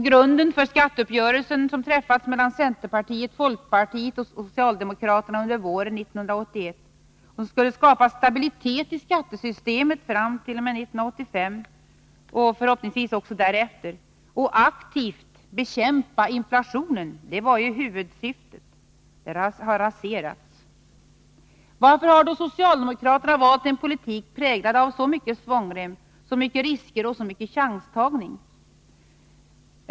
Grunden för den skatteuppgörelse som träffades mellan centerpartiet, folkpartiet och socialdemokraterna under våren 1981, som skulle skapa stabilitet i skattesystemet fram t.o.m. 1985 och förhoppningsvis också därefter samt — vilket var huvudsyftet — aktivt bekämpa inflationen, raseras nu. Varför har då socialdemokraterna valt en politik präglad av så mycket svångrem, så mycket risker och så mycket chanstagning?